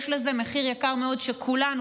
יש לזה מחיר יקר מאוד שכולנו,